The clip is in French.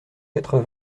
quatre